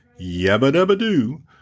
Yabba-dabba-doo